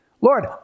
Lord